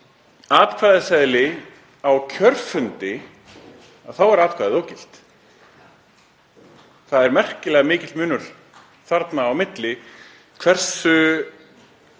atkvæðaseðli á kjörfundi er atkvæði ógilt. Það er merkilega mikill munur þarna á milli, hversu